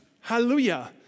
Hallelujah